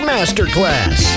Masterclass